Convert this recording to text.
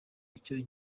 icyo